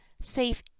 save